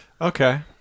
Okay